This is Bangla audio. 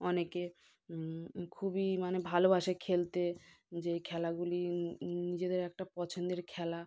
অনেকে খুবই মানে ভালোবাসে খেলতে যে খেলাগুলি নিজেদের একটা পছন্দের খেলা